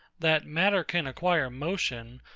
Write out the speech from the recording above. that matter can acquire motion,